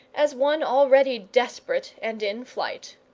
as one already desperate and in flight.